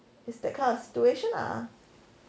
it's that kind of situation lah